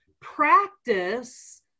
practice